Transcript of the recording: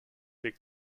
weg